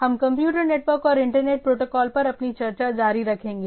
हम computer network और internet protocol पर अपनी चर्चा जारी रखेंगे